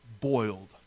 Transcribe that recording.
boiled